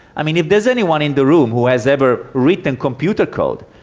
i mean, if there's anyone in the room who has ever written computer code,